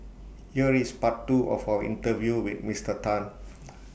here is part two of our interview with Mister Tan